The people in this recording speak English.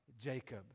Jacob